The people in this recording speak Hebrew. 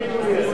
בבקשה,